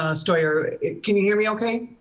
ah steuer. can you hear me okay?